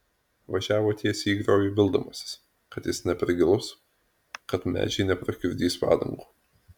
važiavo tiesiai į griovį vildamasis kad jis ne per gilus kad medžiai neprakiurdys padangų